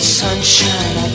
sunshine